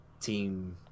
team